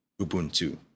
Ubuntu